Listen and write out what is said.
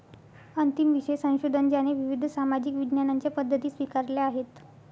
अंतिम विषय संशोधन ज्याने विविध सामाजिक विज्ञानांच्या पद्धती स्वीकारल्या आहेत